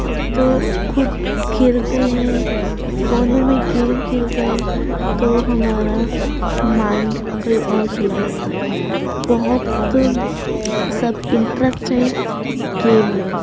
اب تو خود کھیلتے ہیں فونوں میں گیم کھیلتے ہیں تو ہمارا مائنڈ کہیں اور چلا جاتا ہے بہت سب انٹرسٹ ہے گیم میں